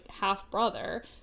half-brother